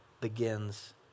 begins